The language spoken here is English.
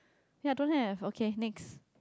ya don't have okay next